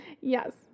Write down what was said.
Yes